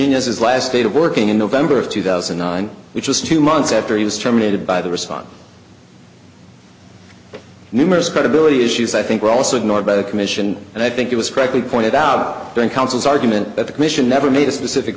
ning as his last state of working in november of two thousand and nine which was two months after he was terminated by the response numerous credibility issues i think were also ignored by the commission and i think it was correctly pointed out during counsel's argument that the commission never made a specific